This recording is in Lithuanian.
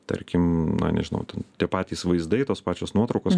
tarkim na nežinau ten tai tie patys vaizdai tos pačios nuotraukos